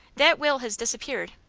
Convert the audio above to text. that will has disappeared.